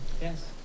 Yes